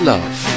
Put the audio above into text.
Love